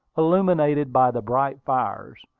illuminated by the bright fires.